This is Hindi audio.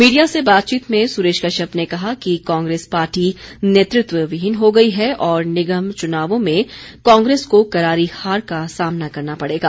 मीडिया से बातचीत में सुरेश कश्यप ने कहा कि कांग्रेस पार्टी नेतृत्व विहीन हो गई है और निगम चुनावों में कांग्रेस को करारी हार का सामना करना पड़ेगा